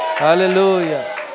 Hallelujah